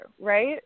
right